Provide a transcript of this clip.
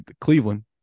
Cleveland